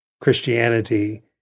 Christianity